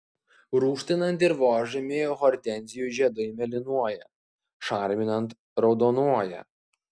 rūgštinant dirvožemį hortenzijų žiedai mėlynuoja šarminant raudonuoja